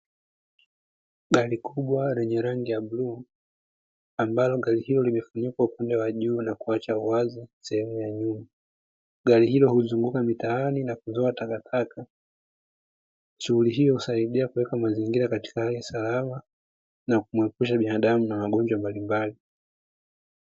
Gari kubwa lenye rangi ya bluu ambalo gari hilo limefunikwa upande wa juu na kuacha wazi, sehemu yenye gari hilo huzunguka mitaani na kizoa taka taka shughuli hiyo husaidia kuweka mazingira katika hali ya usalama na kumwepusha binadamu na magonjwa mbalimbali.